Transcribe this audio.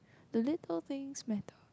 the little things matter